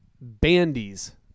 bandies